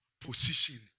position